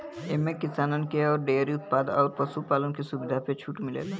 एम्मे किसानन के डेअरी उत्पाद अउर पशु पालन के सुविधा पे छूट मिलेला